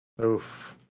Oof